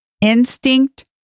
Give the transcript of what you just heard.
instinct